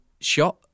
shot